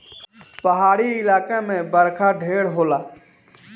पहाड़ी इलाका मे बरखा ढेर होला